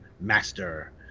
master